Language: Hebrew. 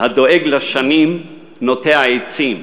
הדואג לשנים נוטע עצים,